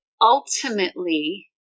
ultimately